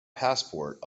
passport